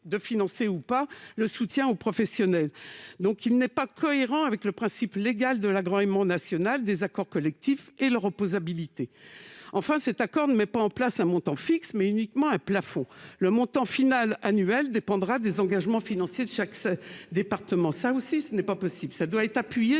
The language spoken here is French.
de financer, ou non, le soutien aux professionnels. Cela n'est pas cohérent avec le principe légal de l'agrément national des accords collectifs et de l'opposabilité de ceux-ci. Enfin, cet accord fixe non pas un montant fixe, mais uniquement un plafond : le montant final annuel dépendra des engagements financiers de chaque département. Or ce n'est pas possible puisque ce